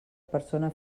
persona